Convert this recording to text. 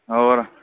ਹੋਰ